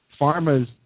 pharmas